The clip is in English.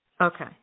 Okay